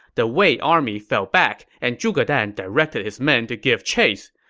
the wei army fell back, and zhuge dan directed his men to give chase.